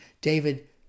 David